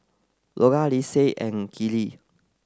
Golda Linsey and Kellie